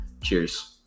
cheers